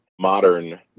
Modern